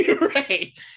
right